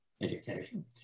education